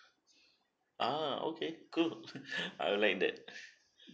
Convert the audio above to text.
ah okay cool I like that